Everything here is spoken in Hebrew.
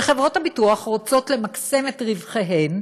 שחברות הביטוח רוצות למקסם את רווחיהן.